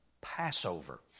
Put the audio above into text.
Passover